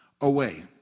away